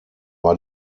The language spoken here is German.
war